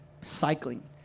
cycling